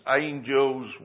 angels